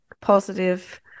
positive